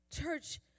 Church